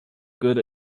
good